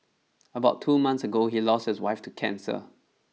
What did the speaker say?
about two months ago he lost his wife to cancer